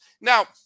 Now